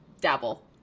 dabble